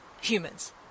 humans